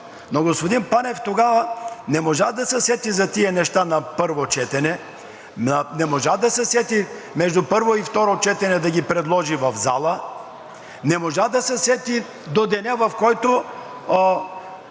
Но господин Панев тогава не можа да се сети за тези неща на първо четене, не можа да се сети между първо и второ четене да ги предложи в залата, не можа да се сети до деня, в който